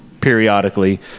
periodically